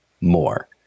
more